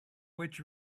which